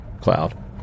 cloud